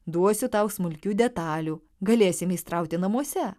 duosiu tau smulkių detalių galėsi meistrauti namuose